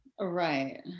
Right